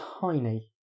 tiny